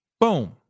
Boom